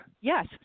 Yes